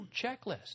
checklist